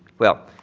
well,